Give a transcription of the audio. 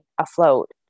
afloat